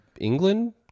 England